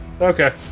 Okay